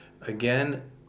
again